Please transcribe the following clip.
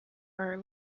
are